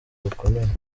bukomeye